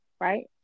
right